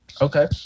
Okay